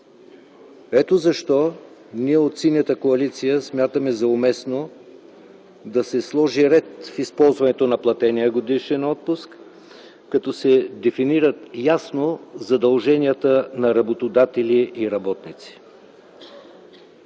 Ето защо, ние от Синята коалиция, смятаме за уместно да се сложи ред в използването на платения годишен отпуск като се дефинират ясно задълженията на работодатели и работници.